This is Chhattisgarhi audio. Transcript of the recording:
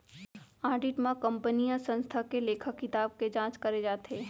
आडिट म कंपनीय संस्था के लेखा किताब के जांच करे जाथे